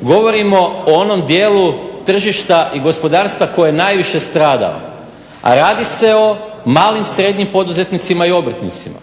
Govorimo o onom dijelu tržišta i gospodarstva koje je najviše stradao, a radi se o malim, srednjim poduzetnicima i obrtnicima.